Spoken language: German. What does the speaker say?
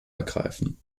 ergreifen